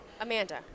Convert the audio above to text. Amanda